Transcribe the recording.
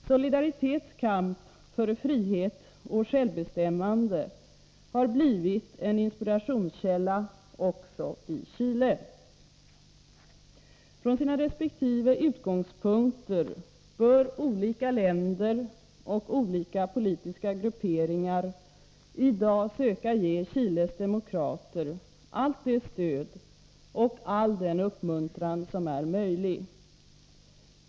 Solidaritets kamp för frihet och självbestämmande har blivit en inspirationskälla också i Chile. Från sina resp. utgångspunkter bör olika länder och olika politiska grupperingar i dag söka ge Chiles demokrater allt det stöd och all den uppmuntran som är möjligt.